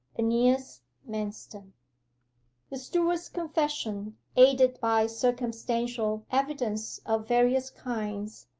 aeneas manston the steward's confession, aided by circumstantial evidence of various kinds,